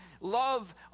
love